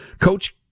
Coach